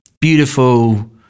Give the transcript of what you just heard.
beautiful